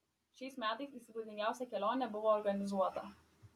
šiais metais įspūdingiausia kelionė buvo organizuota